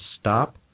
stop